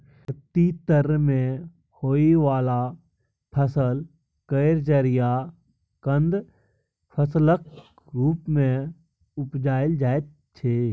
धरती तर में होइ वाला फसल केर जरि या कन्द फसलक रूप मे उपजाइल जाइ छै